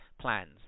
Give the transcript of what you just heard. plans